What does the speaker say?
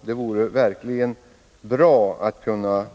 Därför vore det verkligen bra om jag